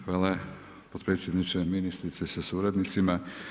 Hvala potpredsjedniče, ministrice sa suradnicima.